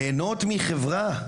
להנות מחברה,